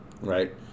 right